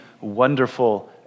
wonderful